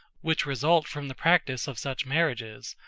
which result from the practice of such marriages,